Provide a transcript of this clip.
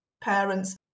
parents